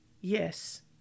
Yes